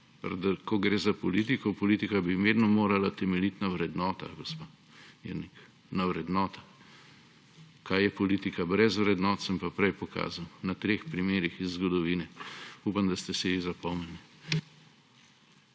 Ko gre za politiko, politika bi vedno morala temeljiti na vrednotah, gospa Mirnik, na vrednotah. Kaj je politika brez vrednot, sem pa prej pokazal na treh primerih iz zgodovine. Upam, da ste si jih zapomnili.